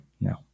No